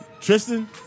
Tristan